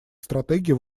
стратегий